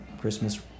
Christmas